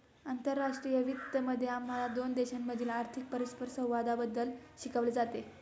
आंतरराष्ट्रीय वित्त मध्ये आम्हाला दोन देशांमधील आर्थिक परस्परसंवादाबद्दल शिकवले जाते